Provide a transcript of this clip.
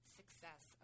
success